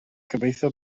gobeithio